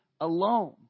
alone